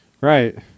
right